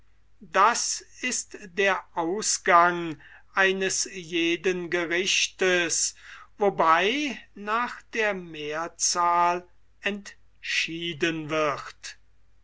das ist der ausgang eines jeden gerichtes wobei nach der mehrzahl entschieden wird